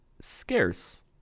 scarce